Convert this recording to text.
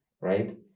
right